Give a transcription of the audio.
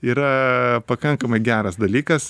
yra pakankamai geras dalykas